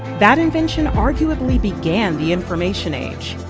that invention arguably began the information age,